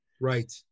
Right